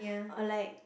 or like